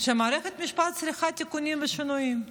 שמערכת המשפט צריכה תיקונים ושינויים.